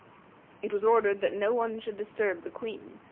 it was ordered that no one should disturb the queen,